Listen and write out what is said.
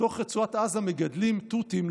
בתוך רצועת עזה מגדלים תותים,